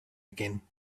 again